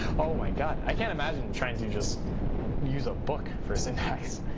oh my god. i can't imagine trying to just use a book for syntax.